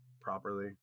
properly